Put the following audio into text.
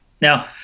Now